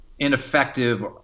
ineffective